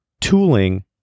tooling